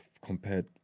compared